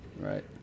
Right